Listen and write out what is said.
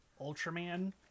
Ultraman